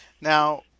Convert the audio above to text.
Now